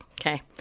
Okay